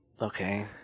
okay